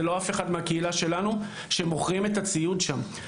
זה לא אף אחד מהקהילה שלנו שמוכרים את הציוד שם.